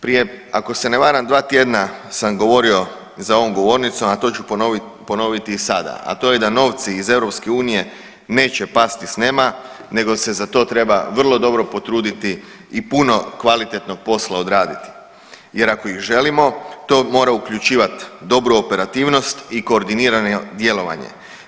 Prije ako se ne varam dva tjedna sam govorio za ovom govornicom, a to ću ponoviti i sada, a to je da novci iz EU neće pasti s neba nego se za to treba vrlo dobro potruditi i puno kvalitetnog posla odraditi jer ako ih želimo to mora uključivat dobru operativnost i koordinirano djelovanje.